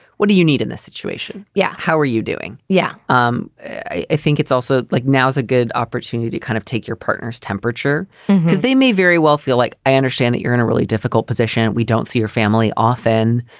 what do you need in this situation? yeah. how are you doing? yeah, um i think it's also like now's a good opportunity to kind of take your partner's temperature because they may very well feel like i understand that you're in a really difficult position. we don't see your family often.